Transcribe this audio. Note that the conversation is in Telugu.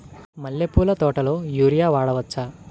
మల్లె పూల తోటలో యూరియా వాడవచ్చా?